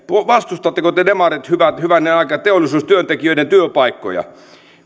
vastustatteko te demarit hyvänen aika teollisuustyöntekijöiden työpaikkoja